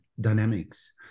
dynamics